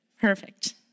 Perfect